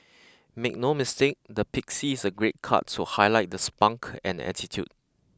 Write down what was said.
make no mistake the pixie is a great cut to highlight the spunk and attitude